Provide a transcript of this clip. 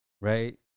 right